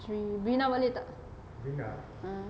si brina boleh tak